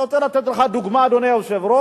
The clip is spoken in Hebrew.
אני רוצה לתת לך דוגמה, אדוני היושב-ראש,